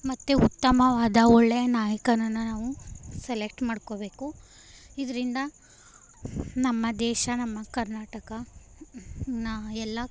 ಮತ್ತು ಉತ್ತಮವಾದ ಒಳ್ಳೆಯ ನಾಯಕನನ್ನು ನಾವು ಸೆಲೆಕ್ಟ್ ಮಾಡ್ಕೊಳ್ಬೇಕು ಇದರಿಂದ ನಮ್ಮ ದೇಶ ನಮ್ಮ ಕರ್ನಾಟಕ ನಾ ಎಲ್ಲ